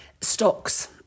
stocks